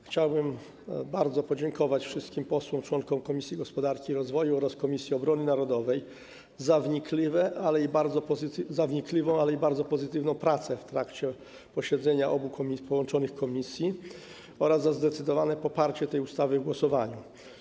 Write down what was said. Chciałbym bardzo podziękować wszystkim posłom członkom Komisji Gospodarki i Rozwoju oraz Komisji Obrony Narodowej za wnikliwą, ale i bardzo pozytywną pracę w trakcie posiedzenia obu połączonych komisji oraz za zdecydowane poparcie tej ustawy w głosowaniu.